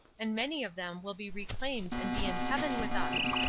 and many of them will be reclaimed and be in heaven with us.